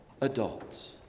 adults